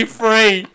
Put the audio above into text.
free